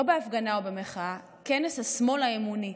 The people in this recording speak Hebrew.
לא בהפגנה או במחאה, כנס השמאל האמוני.